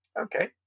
Okay